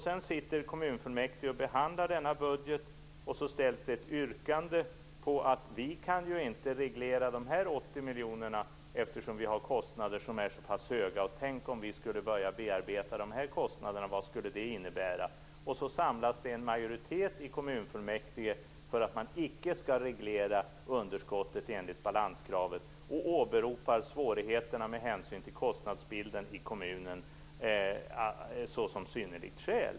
Sedan sitter kommunfullmäktige och behandlar denna budget, och då ställs det ett yrkande. Man säger: "Vi kan ju inte reglera de 80 miljonerna, eftersom vi har kostnader som är så pass höga. Tänk om vi skulle börja bearbeta de kostnaderna. Vad skulle det innebära?" Det samlas en majoritet i kommunfullmäktige för att man icke skall reglera underskottet enligt balanskravet. Man åberopar svårigheterna med hänsyn till kostnadsbilden i kommunen såsom synnerligt skäl.